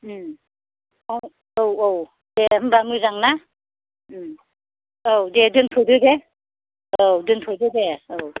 औ औ दे होमबा मोजांना औ दे दोनथ'दो दे औ दोनथ'दो दे औ